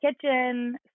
kitchen